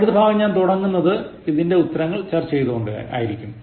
അടുത്ത ഭാഗം ഞാൻ തുടങ്ങുന്നത് ഇതിന്റെ ഉത്തരങ്ങൾ ചർച്ച ചെയ്തുകൊണ്ടായിരിക്കും